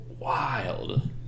wild